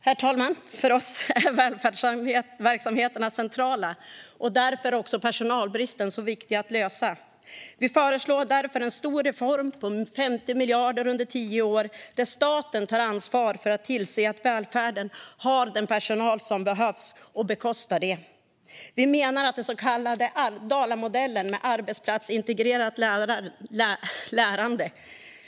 Herr talman! För oss är välfärdsverksamheterna centrala. Därför är personalbristen så viktig att lösa. Vi föreslår därför en stor reform på 50 miljarder under tio år där staten tar ansvar för att tillse att välfärden har den personal den behöver och bekostar det. Vi menar att den så kallade Dalamodellen med arbetsplatsintegrerat lärande bör användas för hela landet.